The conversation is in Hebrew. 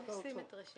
בואו נשמע את האוצר.